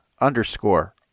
underscore